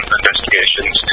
investigations